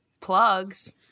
plugs